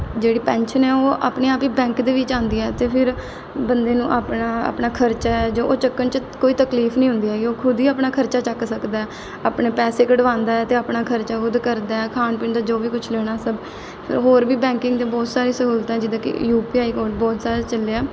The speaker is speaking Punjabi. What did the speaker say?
ਜਿਹੜੀ ਪੈਨਸ਼ਨ ਹੈ ਉਹ ਆਪਣੇ ਆਪ ਹੀ ਬੈਂਕ ਦੇ ਵਿੱਚ ਆਉਂਦੀ ਹੈ ਅਤੇ ਫਿਰ ਬੰਦੇ ਨੂੰ ਆਪਣਾ ਆਪਣਾ ਖਰਚਾ ਹੈ ਜੋ ਉਹ ਚੱਕਣ 'ਚ ਕੋਈ ਤਕਲੀਫ ਨਹੀਂ ਹੁੰਦੀ ਹੈਗੀ ਉਹ ਖੁਦ ਹੀ ਆਪਣਾ ਖਰਚਾ ਚੱਕ ਸਕਦਾ ਆਪਣੇ ਪੈਸੇ ਕਢਵਾਉਂਦਾ ਅਤੇ ਆਪਣਾ ਖਰਚਾ ਖੁਦ ਕਰਦਾ ਖਾਣ ਪੀਣ ਦਾ ਜੋ ਵੀ ਕੁਛ ਲੈਣਾ ਸਭ ਫਿਰ ਹੋਰ ਵੀ ਬੈਂਕਿੰਗ ਦੇ ਬਹੁਤ ਸਾਰੇ ਸਹੂਲਤਾਂ ਜਿੱਦਾਂ ਕਿ ਯੂ ਪੀ ਆਈ ਕੋਡ ਬਹੁਤ ਸਾਰਾ ਚੱਲਿਆ